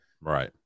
Right